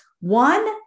one